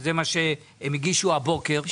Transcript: שה מה שהם הגישו הבוקר.